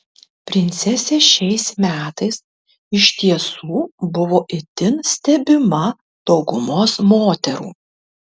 princesė šiais metais iš tiesų buvo itin stebima daugumos moterų